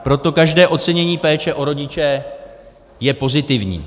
Proto každé ocenění péče o rodiče je pozitivní.